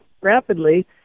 rapidly